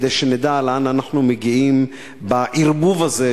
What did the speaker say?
כדי שנדע לאן אנחנו מגיעים בערבוב הזה,